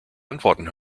antworten